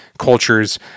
Cultures